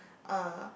uh